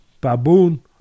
Baboon